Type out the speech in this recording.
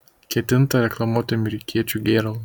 ketinta reklamuoti amerikiečių gėralą